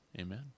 amen